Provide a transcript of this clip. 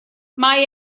mae